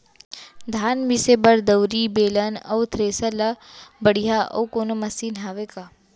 धान मिसे बर दउरी, बेलन अऊ थ्रेसर ले बढ़िया अऊ कोनो मशीन हावे का?